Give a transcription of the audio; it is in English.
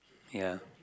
ya